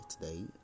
today